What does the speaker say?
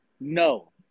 No